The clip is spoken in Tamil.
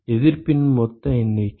எதிர்ப்பின் மொத்த எண்ணிக்கை